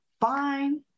fine